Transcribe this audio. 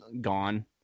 gone